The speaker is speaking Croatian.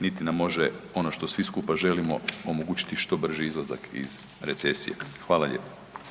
niti nam može, ono što svi skupa želimo, omogućiti što brži izlazak iz recesije. Hvala lijepo.